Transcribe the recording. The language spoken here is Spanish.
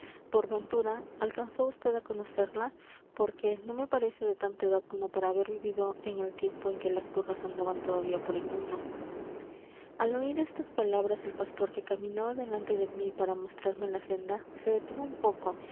por ventura alcanzó usted á conocerla porque no me parece de tanta edad como para haber vivido en el tiempo en que las brujas andaban todavía por el mundo al oir estas palabras el pastor que caminaba delante de mí para mostrarme la senda se detuvo un poco